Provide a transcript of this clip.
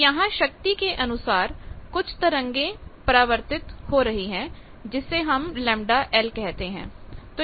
तो यहां शक्ति के अनुसार कुछ तरंगे परावर्तित हो रहे हैं जिसे हम ΓL कहते हैं